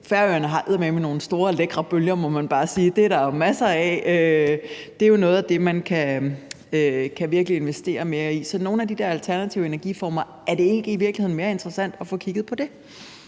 Færøerne har eddermame nogle store, lækre bølger, må man bare sige, og dem er der jo masser af. Det er jo noget af det, man virkelig kan investere mere i. Så i forhold til nogle af de der alternative energiformer: Er det i virkeligheden ikke mere interessant at få kigget på det?